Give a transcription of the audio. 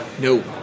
no